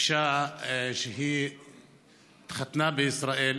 אישה שהתחתנה בישראל,